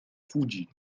فوجي